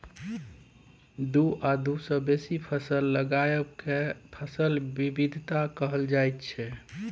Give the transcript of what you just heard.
दु आ दु सँ बेसी फसल लगाएब केँ फसल बिबिधता कहल जाइ छै